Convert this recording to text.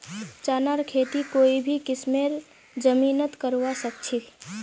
चनार खेती कोई भी किस्मेर जमीनत करवा सखछी